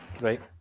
Right